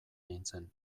nintzen